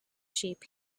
sheep